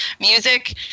music